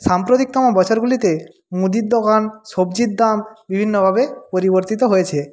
সাম্প্রতিকতম বছরগুলিতে মুদির দোকান সবজির দাম বিভিন্নভাবে পরিবর্তিত হয়েছে